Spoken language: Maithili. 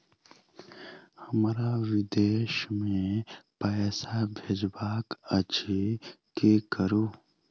हमरा विदेश मे पैसा भेजबाक अछि की करू?